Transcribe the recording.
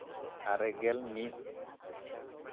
ᱟᱨᱮ ᱜᱮᱞ ᱢᱤᱫ